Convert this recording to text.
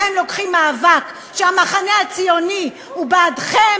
אתם לוקחים מאבק שהמחנה הציוני הוא בעדכם